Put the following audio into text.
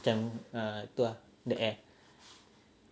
macam ah tu ah the air